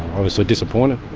obviously disappointed,